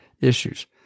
issues